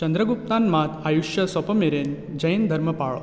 चंद्रगुप्तान मात आयुश्य सोंप मेरेन जैन धर्म पाळ्ळो